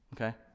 Okay